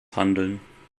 handeln